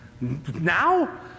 Now